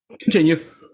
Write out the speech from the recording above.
Continue